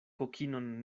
kokinon